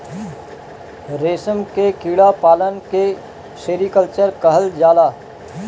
रेशम के कीड़ा पालन के सेरीकल्चर कहल जाला